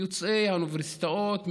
יוצאי האוניברסיטאות,